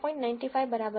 95 બરાબર છે